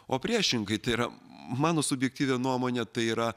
o priešingai tai yra mano subjektyvia nuomone tai yra